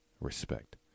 Respect